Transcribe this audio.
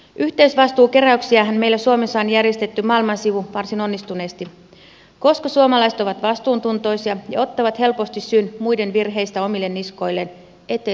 yhteisvastuukeräyksiähän meillä suomessa on järjestetty maailman sivu varsin onnistuneesti koska suomalaiset ovat vastuuntuntoisia ja ottavat helposti syyn muiden virheistä omille niskoilleen ettei tulisi riitaa